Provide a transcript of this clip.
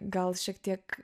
gal šiek tiek